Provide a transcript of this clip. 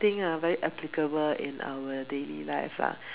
think ah very applicable in our daily life lah